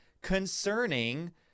concerning